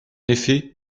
effet